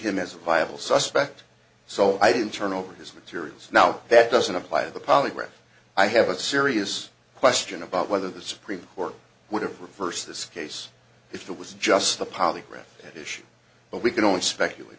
him as a viable suspect so i didn't turn over his materials now that doesn't apply to the polygraph i have a serious question about whether the supreme court would have reversed this case if it was just the polygraph issue but we can only speculate